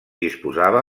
disposava